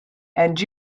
and